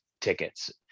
tickets